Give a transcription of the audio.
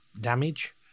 damage